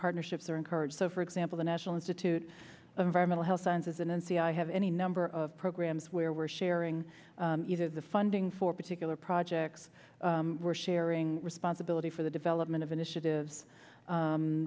partnerships are encouraged so for example the national institute of environmental health sciences n n c i have any number of programs where we're sharing either the funding for particular projects we're sharing responsibility for the development of initiatives